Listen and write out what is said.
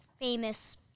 famous